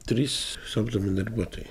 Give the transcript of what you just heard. trys samdomi darbuotojai